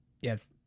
Yes